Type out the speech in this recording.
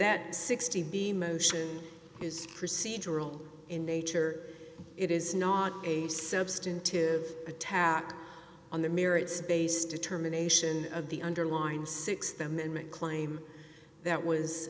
that sixty b motion is procedural in nature it is not a substantive attack on the merits based determination of the underlying th amendment claim that was